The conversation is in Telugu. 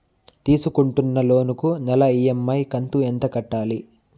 తీసుకుంటున్న లోను కు నెల ఇ.ఎం.ఐ కంతు ఎంత కట్టాలి?